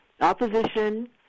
opposition